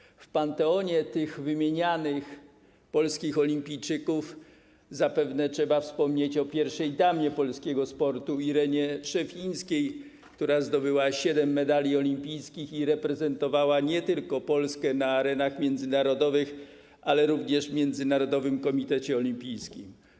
Jeśli chodzi o panteon tych wymienianych polskich olimpijczyków, zapewne trzeba wspomnieć o pierwszej damie polskiego sportu Irenie Szewińskiej, która zdobyła siedem medali olimpijskich i reprezentowała Polskę nie tylko na arenach międzynarodowych, ale również w Międzynarodowym Komitecie Olimpijskim.